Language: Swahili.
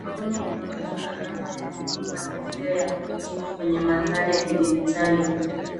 Mkono unaguza alama ya nuru na kofia ya kuhitimu kwenye manthari ya kidijitali.